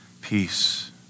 peace